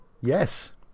Yes